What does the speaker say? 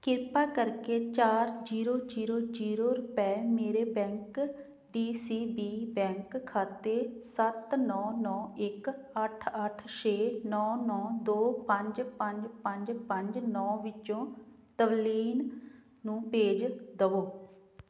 ਕ੍ਰਿਪਾ ਕਰਕੇ ਚਾਰ ਜੀਰੋ ਜੀਰੋ ਜੀਰੋ ਰੁਪਏ ਮੇਰੇ bank D C B bank ਖਾਤੇ ਸੱਤ ਨੌਂ ਨੌਂ ਇੱਕ ਅੱਠ ਅੱਠ ਛੇ ਨੌਂ ਨੌਂ ਦੌ ਪੰਜ ਪੰਜ ਪੰਜ ਪੰਜ ਨੌਂ ਵਿੱਚੋਂ ਤਵਲੀਨ ਨੂੰ ਭੇਜ ਦੇਵੋ